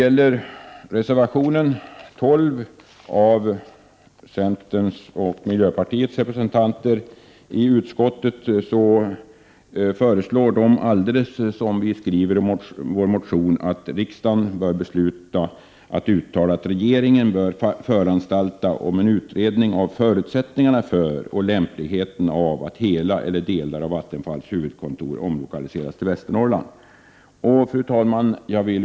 I reservation 12 i näringsutskottets betänkande 30 från centern och miljöpartiet sägs: ”Regeringen bör föranstalta om en utredning av förutsättningarna för och lämpligheten av att hela eller delar av Vattenfalls huvudkontor omlokaliseras till Västernorrlands län.” 73 Detta framförs även i motionen. Fru talman!